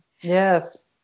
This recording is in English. yes